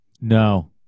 No